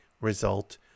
result